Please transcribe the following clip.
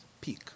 peak